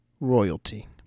Royalty